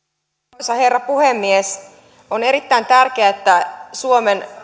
arvoisa herra puhemies on erittäin tärkeää että suomen